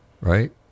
Right